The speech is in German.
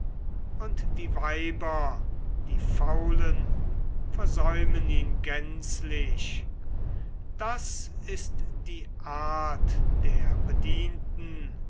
und die weiber die faulen versäumen ihn gänzlich das ist die art der bedienten